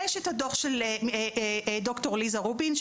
יש את הדוח של ד"ר ליזה רובין,